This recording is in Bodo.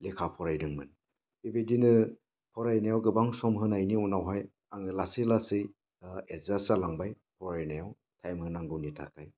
लेखा फरायदोंमोन बेबायदिनो फरायनायाव गोबां सम होनायनि उनावहाय आङो लासै लासै एदजास्ट जालांबाय फरायनायाव टाइम होनांगौनि थाखाय